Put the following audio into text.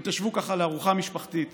אתם תשבו לארוחה משפחתית